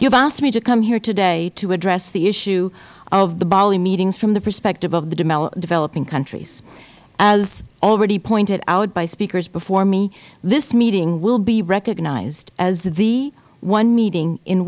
have asked me to come here today to address the issue of the bali meetings from the perspective of the developing countries as already pointed out by speakers before me this meeting will be recognized as the one meeting in